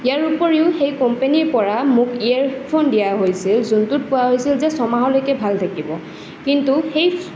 ইয়াৰ উপৰিও সেই কোম্পানীৰ পৰা মোক ইয়েৰ ফোন দিয়া হৈছিল যোনটোত কোৱা হৈছিল যে ছয়মাহলৈকে ভাল থাকিব কিন্তু সেই